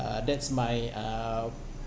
uh that's my um